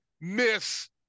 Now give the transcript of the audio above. miss